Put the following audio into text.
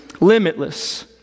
Limitless